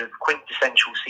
quintessential